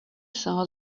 saw